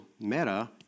Meta